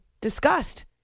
disgust